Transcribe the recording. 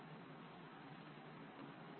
table one मैं कौन सी इंफॉर्मेशन उपलब्ध है